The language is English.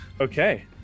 Okay